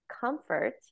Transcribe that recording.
comfort